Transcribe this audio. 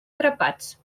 grapats